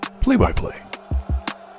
Play-by-play